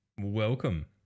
welcome